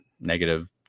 negative